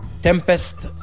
Tempest